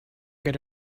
get